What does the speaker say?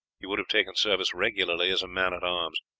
he would have taken service regularly as a man-at-arms.